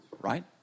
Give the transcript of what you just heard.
right